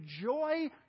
joy